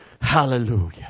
hallelujah